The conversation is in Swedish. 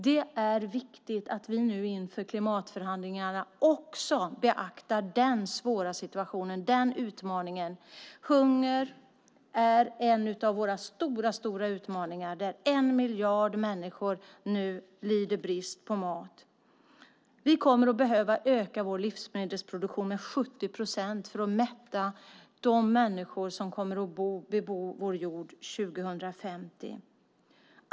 Det är viktigt att vi nu inför klimatförhandlingarna också beaktar den svåra situationen. Hunger är en av våra stora utmaningar där en miljard människor nu lider brist på mat. Vi kommer att behöva öka vår livsmedelsproduktion med 70 procent för att mätta de människor som kommer att bebo vår jord 2050. Fru ålderspresident!